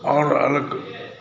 आओर अलग